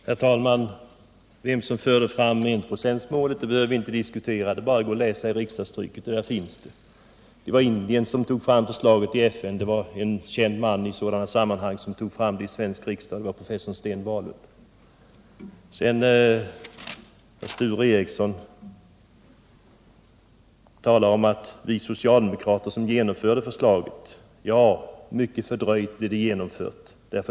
Herr talman! Vem som förde fram förslaget om enprocentsmålet behöver vi inte diskutera. Det är bara att läsa i riksdagstrycket, för där finns det. Det var Indien som förde fram förslaget i FN, och det var en känd man i sådana sammanhang som förde fram det i Sveriges riksdag, nämligen professor Sten Wahlund. Sture Ericson talar om att det var ”vi socialdemokrater”, som genomförde förslaget. Ja, mycket fördröjt blev det genomfört.